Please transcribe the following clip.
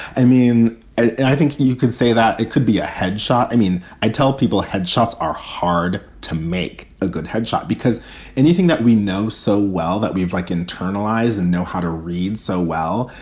i mean and i think you can say that it could be a head shot. i mean, i tell people head shots are hard to make a good head shot because anything that we know so well that we like internalize and know how to read so well,